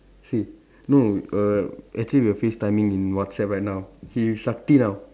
see no err actually we are facetiming in WhatsApp right now he with Sakthi now